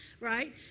right